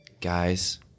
Guys